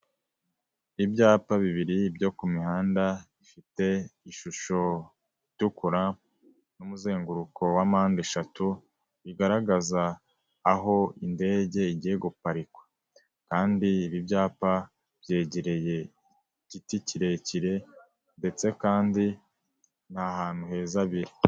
Ibyapa bibiri byo ku mihanda bifite ishusho itukura n'umuzenguruko wa mpande eshatu, bigaragaza aho indege igiye guparikwa. Kandi ibi byapa byegereye igiti kirekire ndetse kandi ni ahantu heza biri.